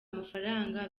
amafaranga